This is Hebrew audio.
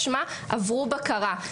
משמע עברו בקרה.